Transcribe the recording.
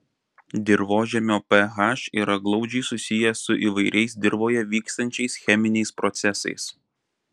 dirvožemio ph yra glaudžiai susijęs su įvairiais dirvoje vykstančiais cheminiais procesais